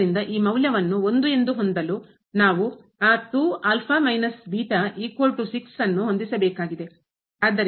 ಆದ್ದರಿಂದ ಈ ಮೌಲ್ಯವನ್ನು ಎಂದು ಹೊಂದಲು ನಾವು ಆ ಅನ್ನು ಹೊಂದಿಸಬೇಕಾಗಿದೆ